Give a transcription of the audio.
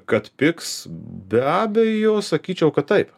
kad pigs be abejo sakyčiau kad taip